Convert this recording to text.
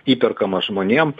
įperkamas žmonėm